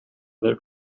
that